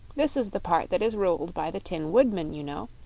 this is the part that is ruled by the tin woodman, you know.